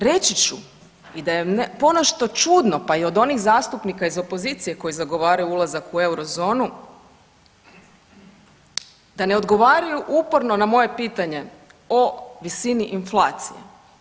Reći ću da je i ponešto čudno, pa i od onih zastupnika iz opozicije koji zagovaraju ulazak u euro zonu da ne odgovaraju uporno na moje pitanje o visini inflacije.